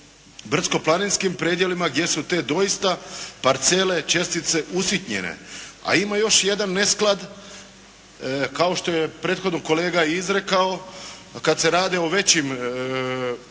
brdsko-planinskim predjelima gdje su te doista parcele, čestice usitnjene. A ima još jedan nesklad, kao što je prethodno kolega i izrekao, kad se radi o većim, kako